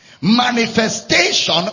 manifestation